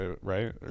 right